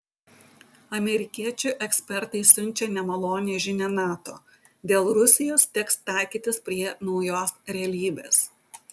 amerikiečių ekspertai siunčia nemalonią žinią nato dėl rusijos teks taikytis prie naujos realybės